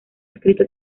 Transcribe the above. escrito